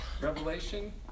revelation